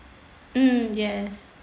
mmhmm yes